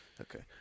Okay